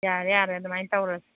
ꯌꯥꯔꯦ ꯌꯥꯔꯦ ꯑꯗꯨꯃꯥꯏꯅ ꯇꯧꯔꯁꯤ